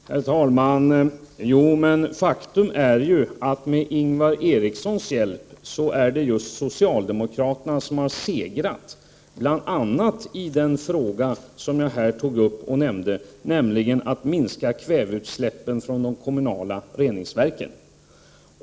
Herr talman! Men faktum är ju, att med Ingvar Erikssons hjälp är det just socialdemokraterna som har segrat, bl.a. i den fråga som jag nämnde här, dvs. frågan om att minska kväveutsläppen från de kommunala reningsverken.